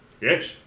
Yes